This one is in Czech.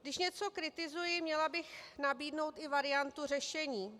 Když něco kritizuji, měla bych nabídnout i variantu řešení.